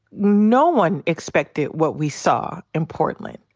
no one expected what we saw in portland.